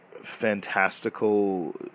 fantastical